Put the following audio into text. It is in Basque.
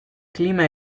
klima